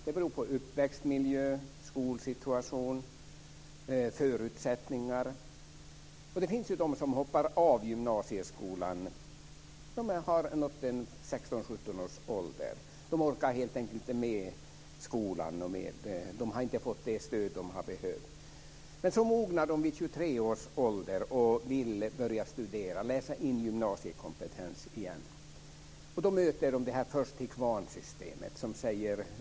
Det beror på uppväxtmiljö, skolsituation, förutsättningar. Det finns de som hoppar av gymnasieskolan vid 16-17 års ålder. De orkar helt enkelt inte med skolan. De har inte fått det stöd de har behövt. Men så mognar de vid 23 års ålder och vill läsa in gymnasiekompetensen igen. De möter då först-till-kvarn-systemet.